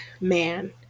man